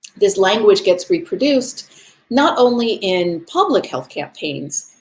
this language gets reproduced not only in public health campaigns,